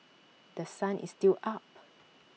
The Sun is still up